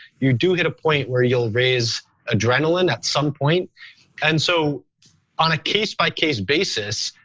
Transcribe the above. you do hit a point where you'll raise adrenaline at some point and so on a case-by-case basis,